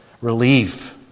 relief